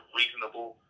reasonable